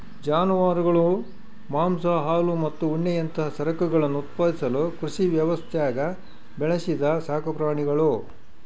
ಜಾನುವಾರುಗಳು ಮಾಂಸ ಹಾಲು ಮತ್ತು ಉಣ್ಣೆಯಂತಹ ಸರಕುಗಳನ್ನು ಉತ್ಪಾದಿಸಲು ಕೃಷಿ ವ್ಯವಸ್ಥ್ಯಾಗ ಬೆಳೆಸಿದ ಸಾಕುಪ್ರಾಣಿಗುಳು